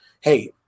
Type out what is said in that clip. hey